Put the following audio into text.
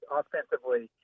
offensively